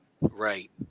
Right